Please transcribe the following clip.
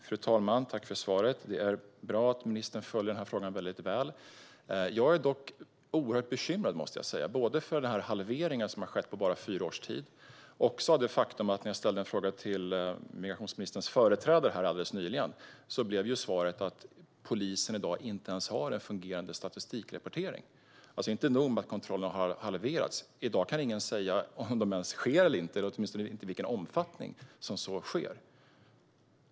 Fru talman! Jag tackar för svaret. Det är bra att ministern följer frågan väldigt väl. Jag är dock oerhört bekymrad, måste jag säga, både för den halvering som har skett på bara fyra års tid och av det faktum att när jag ställde en fråga till migrationsministerns företrädare alldeles nyligen blev svaret att polisen i dag inte ens har en fungerande statistikrapportering. Det är alltså inte nog med att antalet kontroller har halverats - i dag kan ingen säga om de ens sker eller inte, eller åtminstone inte i vilken omfattning de sker.